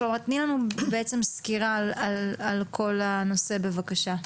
תני לנו סקירה על כל הנושא, בבקשה.